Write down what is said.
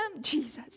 Jesus